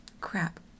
crap